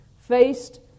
faced